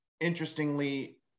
interestingly